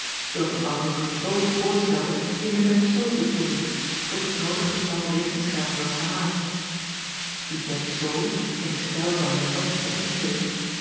zoodat w an oertoghe voorstelde in de berceaux te toeven tot het noodig getal regenschermen was gehaald ie berceaux in den stijl van e ôtre ingericht